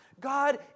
God